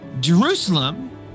Jerusalem